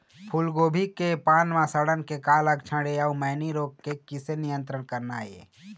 फूलगोभी के पान म सड़न के का लक्षण ये अऊ मैनी रोग के किसे नियंत्रण करना ये?